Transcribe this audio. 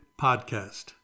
Podcast